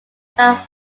have